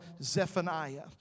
Zephaniah